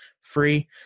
free